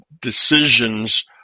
decisions